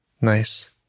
nice